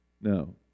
No